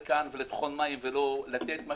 סתם לקיים כאן דיונים ולטחון מים אלא לתת את מה